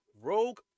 rogue